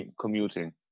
commuting